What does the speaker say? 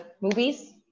movies